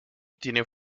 tiene